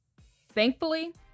Thankfully